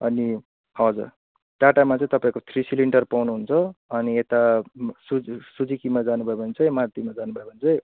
अनि हजुर टाटामा चाहिँ तपाईँको थ्री सिलिन्डर पाउनुहुन्छ अनि यता सुजु सुजुकीमा जानुभयो भने चाहिँ मारुतिमा जानुभयो भने चाहिँ